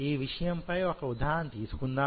ఈ విషయమై ఒక ఉదాహరణ తీసుకుందామా